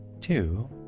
two